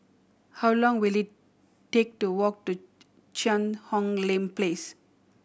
how long will it take to walk to Cheang Hong Lim Place